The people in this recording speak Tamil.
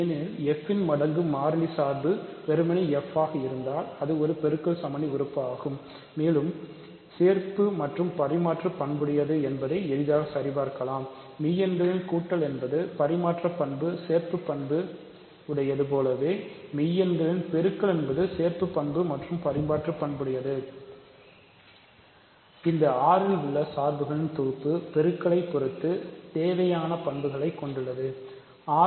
ஏனெனில் f ன் மடங்கு மாறிலி சார்பு வெறுமனே f ஆக இருந்தால் அது பெருக்கல் சமணி உறுப்பு ஆகும் மேலும் சேர்ப்பு மற்றும் பரிமாற்று பண்புடையது என்பதை எளிதாக சரி பார்க்கலாம் மெய் எண்களில் கூட்டல் என்பது பரிமாற்ற பண்பு சேர்ப்புப் பண்பு உடையது போலவே மெய் எண்களில் பெருக்கல் என்பது சேர்ப்புப் பண்பு மற்றும் பரிமாற்று பண்புடையது இந்த R இல் உள்ள சார்புகளின் தொகுப்பு பெருக்கலை பொறுத்து தேவையான பண்புகளையும் கொண்டுள்ளது properties